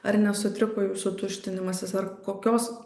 ar nesutriko jūsų tuštinimasis ar kokios